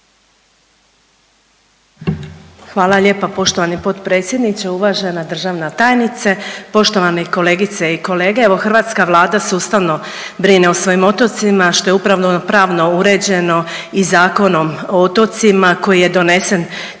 Hvala lijepa poštovani potpredsjedniče, uvažena državna tajnice, poštovane kolegice i kolege. Evo hrvatska Vlada sustavno brine o svojim otocima što je upravno-pravno uređeno i Zakonom o otocima koji je donesen 1999.